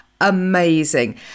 Amazing